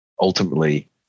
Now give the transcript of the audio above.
ultimately